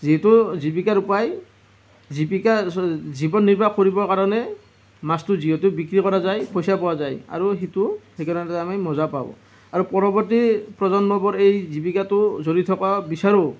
যিহেতু জীৱিকাৰ উপায় জীৱিকা জীৱন নিৰ্বাহ কৰিবৰ কাৰণে মাছটো যিহেতু বিক্ৰী কৰা যায় পইচা পোৱা যায় আৰু সেইটো সেইকাৰণতে আমি মজা পাওঁ আৰু পৰৱৰ্তী প্ৰজন্মবোৰ এই জীৱিকাটো চলি থকা বিচাৰোঁ